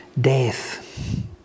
death